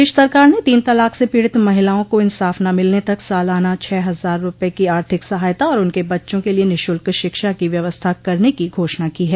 प्रदेश सरकार ने तीन तलाक से पीड़ित महिलाओं को इंसाफ न मिलने तक सालाना छह हजार रूपये की आर्थिक सहायता और उनके बच्चों के लिये निःशुल्क शिक्षा की व्यवस्था करने की घोषणा की है